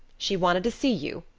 she wanted to see you,